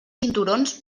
cinturons